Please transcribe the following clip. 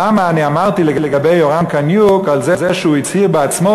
למה אני אמרתי לגבי יורם קניוק שהוא הצהיר בעצמו